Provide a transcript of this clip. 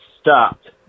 stopped